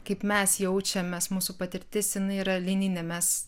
kaip mes jaučiamės mūsų patirtis yra linijinė mes